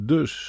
Dus